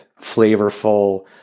flavorful